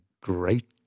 great